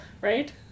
Right